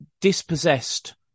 dispossessed